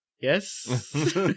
Yes